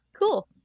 cool